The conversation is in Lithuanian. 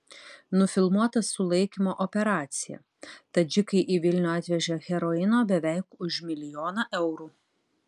nufilmuota sulaikymo operacija tadžikai į vilnių atvežė heroino beveik už milijoną eurų